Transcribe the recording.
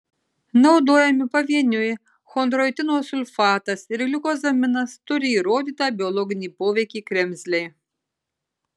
naudojami pavieniui chondroitino sulfatas ir gliukozaminas turi įrodytą biologinį poveikį kremzlei